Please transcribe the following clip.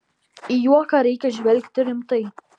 į juoką reikia žvelgti rimtai